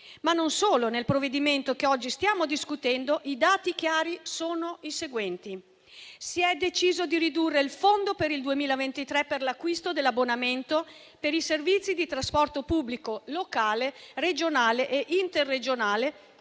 è di più. Nel provvedimento che oggi stiamo discutendo, i dati chiari sono i seguenti: si è deciso di ridurre il fondo per il 2023 per l'acquisto dell'abbonamento per i servizi di trasporto pubblico locale, regionale e interregionale